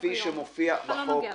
שמופיע בחוק היום.